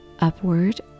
upward